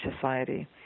society